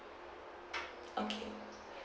okay